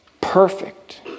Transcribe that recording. Perfect